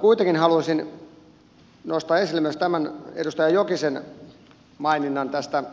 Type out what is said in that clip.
kuitenkin haluaisin nostaa esille myös tämän edustaja jokisen maininnan näistä